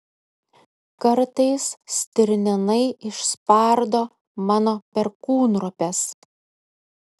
kartais stirninai išspardo mano perkūnropes